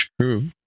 True